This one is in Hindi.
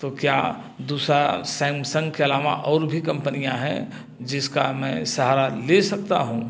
तो क्या दूसरा सैमसंग के अलावा और भी कंपनियाँ है जिसका मैं सहारा ले सकता हूँ